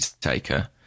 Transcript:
taker